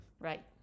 Right